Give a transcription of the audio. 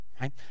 right